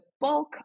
bulk